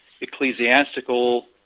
ecclesiastical